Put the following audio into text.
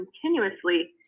continuously